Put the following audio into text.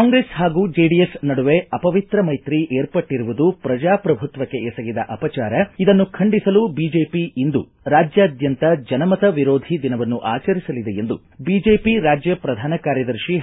ಕಾಂಗ್ರೆಸ್ ಹಾಗೂ ಜೆಡಿಎಸ್ ನಡುವೆ ಅಪವಿತ್ರ ಮೈತ್ರಿ ಏರ್ಪಟ್ಟರುವುದು ಪ್ರಜಾಪ್ರಭುತ್ವಕ್ಷ ಎಸಗಿದ ಅಪಚಾರ ಇದನ್ನು ಖಂಡಿಸಲು ಬಿಜೆಪಿ ಇಂದು ರಾಜ್ಯಾದ್ಯಂತ ಜನಮತ ವಿರೋಧಿ ದಿನವನ್ನು ಆಚರಿಸಲಿದೆ ಎಂದು ಬಿಜೆಪಿ ರಾಜ್ಯ ಪ್ರಧಾನ ಕಾರ್ಯದರ್ಶಿ